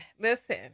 listen